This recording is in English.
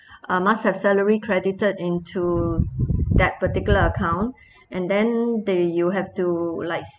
uh must have salary credited into that particular account and then they you have to like